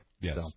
Yes